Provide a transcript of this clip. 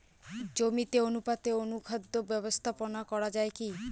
জমিতে অনুপাতে অনুখাদ্য ব্যবস্থাপনা করা য়ায় কি?